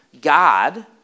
God